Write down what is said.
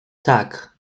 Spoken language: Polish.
tak